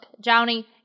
Johnny